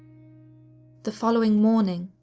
the following morning,